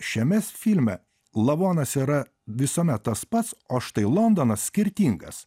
šiame filme lavonas yra visuomet tas pats o štai londonas skirtingas